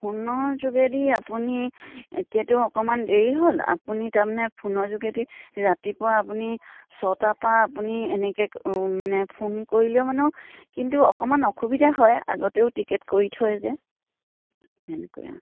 ফোনৰ যোগেদি আপুনি এতিয়াতো অকণমান দেৰি হ'ল আপুনি তাৰমানে ফোনৰ যোগেদি ৰাতিপুৱা আপুনি ছটাৰ পৰা আপুনি এনেকৈ মানে ফোন কৰিলেও মানেও কিন্তু অকণমান অসুবিধা হয় আগতেও টিকেট কৰি থয় যে তেনেকৈ আৰু